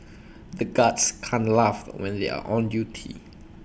the guards can't laugh when they are on duty